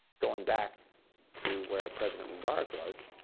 going back to where president mubarak was,